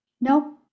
no